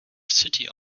city